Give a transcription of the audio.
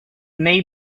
may